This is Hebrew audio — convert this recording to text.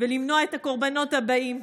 ולמנוע את הקורבנות הבאים,